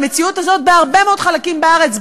המציאות הזאת בהרבה מאוד חלקים בארץ,